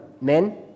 Men